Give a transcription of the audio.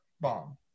bomb